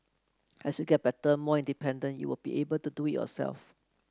as you get better more independent you will be able to do it yourself